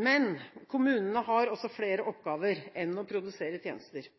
Men kommunene har også flere oppgaver enn å produsere tjenester.